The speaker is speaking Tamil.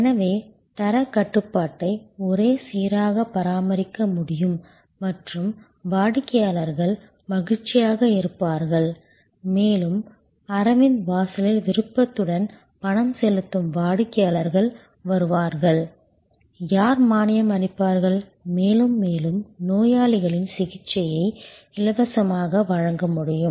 எனவே தரக் கட்டுப்பாட்டை ஒரே சீராகப் பராமரிக்க முடியும் மற்றும் வாடிக்கையாளர்கள் மகிழ்ச்சியாக இருப்பார்கள் மேலும் மேலும் அரவிந்த் வாசலில் விருப்பத்துடன் பணம் செலுத்தும் வாடிக்கையாளர்கள் வருவார்கள் யார் மானியம் அளிப்பார்கள் மேலும் மேலும் நோயாளிகளின் சிகிச்சையை இலவசமாக வழங்க முடியும்